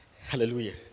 Hallelujah